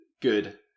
Good